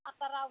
आत्ता राहू द्या